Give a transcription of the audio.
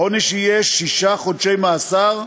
העונש יהיה שישה חודשי מאסר,